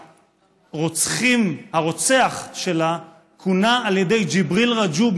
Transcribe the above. הרוצח שלה הונע על ידי ג'יבריל רג'וב,